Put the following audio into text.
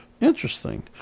Interesting